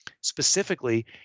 Specifically